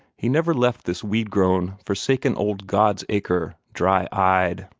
he never left this weed-grown, forsaken old god's-acre dry-eyed.